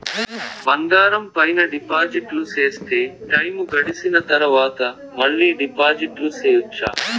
బంగారం పైన డిపాజిట్లు సేస్తే, టైము గడిసిన తరవాత, మళ్ళీ డిపాజిట్లు సెయొచ్చా?